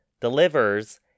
delivers